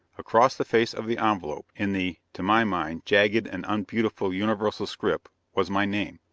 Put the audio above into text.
across the face of the envelope, in the to my mind jagged and unbeautiful universal script, was my name,